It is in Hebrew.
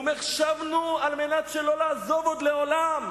הוא אומר: שבנו על מנת שלא לעזוב עוד לעולם.